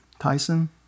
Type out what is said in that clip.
Tyson